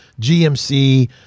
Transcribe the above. GMC